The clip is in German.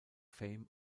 fame